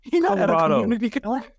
Colorado